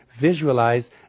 visualize